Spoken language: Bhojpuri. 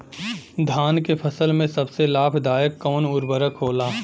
धान के फसल में सबसे लाभ दायक कवन उर्वरक होला?